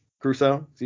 Crusoe